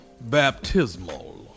baptismal